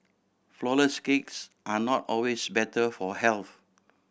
flourless cakes are not always better for health